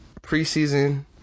preseason